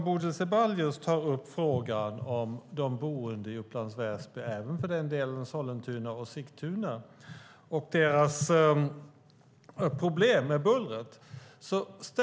Bodil Ceballos tar upp frågan om de boende i Upplands Väsby, liksom för den delen i Sollentuna och Sigtuna, och deras problem med bullret.